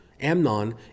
Amnon